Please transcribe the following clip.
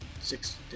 six